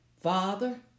Father